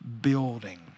building